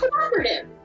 cooperative